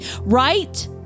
right